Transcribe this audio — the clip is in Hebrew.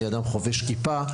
אני אדם חובש כיפה,